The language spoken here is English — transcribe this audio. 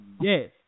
yes